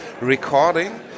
recording